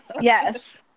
Yes